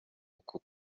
uku